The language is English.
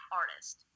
artist